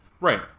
Right